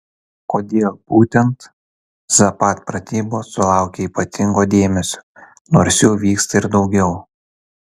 kodėl būtent zapad pratybos sulaukia ypatingo dėmesio nors jų vyksta ir daugiau